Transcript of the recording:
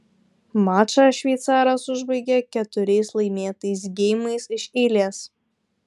mačą šveicaras užbaigė keturiais laimėtais geimais iš eilės